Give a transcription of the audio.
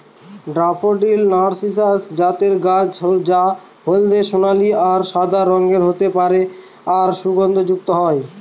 daffodil Narcissus জাতের গাছ যা হলদে সোনালী আর সাদা রঙের হতে পারে আর সুগন্ধযুক্ত হয়